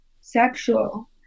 sexual